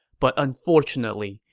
but unfortunately,